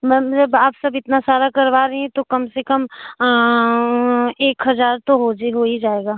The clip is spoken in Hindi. मैम जब आप सब इतना सारा करवा रही हैं तो कम से कम एक हज़ार तो हो जे हो ई जाएगा